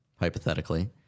Hypothetically